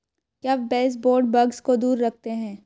क्या baseboard bugs को दूर रखते हैं?